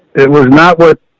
it was not what,